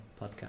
podcast